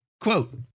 Quote